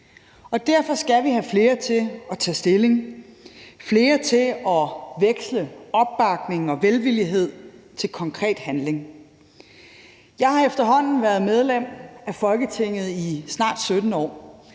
Derfor skal vi have flere til at tage stilling, flere til at veksle opbakning og velvillighed til konkret handling. Jeg har efterhånden været medlem af Folketinget i snart 17 år.